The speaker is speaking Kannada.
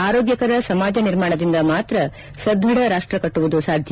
ಆರೋಗ್ಯಕರ ಸಮಾಜ ನಿರ್ಮಾಣದಿಂದ ಮಾತ್ರ ಸದೃಢ ರಾಷ್ಟ ಕಟ್ಟುವುದು ಸಾಧ್ಯ